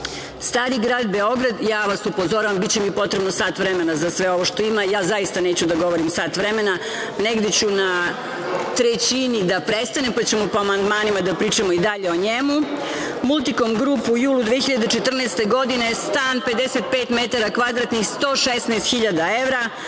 Stari grad-Beograd, ja vas upozoravam, biće mi potrebno sat vremena za sve ovo što ima, ja zaista neću da govorim sat vremena, negde ću na trećini da prestanem, pa ćemo po amandmanima da pričamo i dalje o njemu, „Multikom grup“ u julu 2014. godine – stan 55 metara kvadratnih, 116.000 evra.